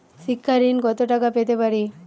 শিক্ষা ঋণ কত টাকা পেতে পারি?